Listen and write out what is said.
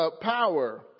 power